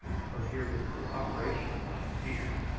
for here was corroboration of my fear.